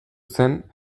zen